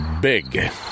big